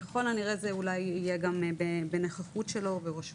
ככל הנראה זה יהיה אולי בנוכחות שלו ובראשותו.